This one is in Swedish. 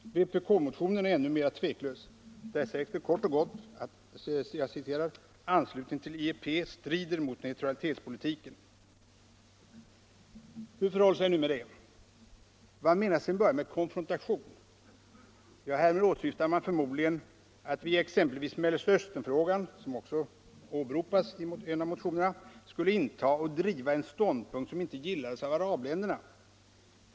Vpk-motionen är ännu mera tveklös. Där sägs det kort och gott att ”anslutning till IEP strider mot neutralitetspolitiken”. Hur förhåller det sig nu med detta? Vad menas till en början med konfrontation? Ja, härmed åsyftar man förmodligen att vi i exempelvis Mellersta Östernfrågan, som också åberopas i en av motionerna, skulle inta och driva en ståndpunkt som inte gillades av arabländerna.